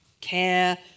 care